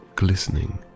Glistening